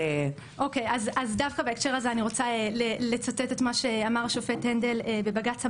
דווקא בהקשר הזה אני רוצה לצטט את מה שאמר השופט הנדל בבג"ץ המל"ג.